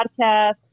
podcast